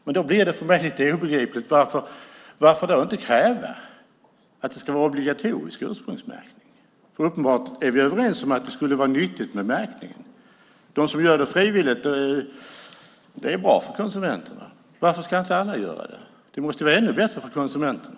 Det blir obegripligt varför man då inte kräver obligatorisk ursprungsmärkning. Vi är uppenbarligen överens om att det skulle vara nyttigt med märkning. Det är bra för konsumenterna med dem som gör det frivilligt. Varför ska inte alla göra det? Det måste vara ännu bättre för konsumenterna.